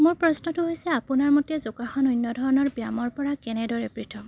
মোৰ প্ৰশ্নটো হৈছে আপোনাৰ মতে যোগাসন অন্য ধৰণৰ ব্যায়ামৰপৰা কেনেদৰে পৃথক